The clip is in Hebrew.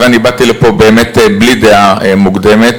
ואני באתי לפה באמת בלי דעה מוקדמת,